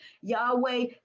Yahweh